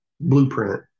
blueprint